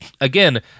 again